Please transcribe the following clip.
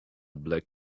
black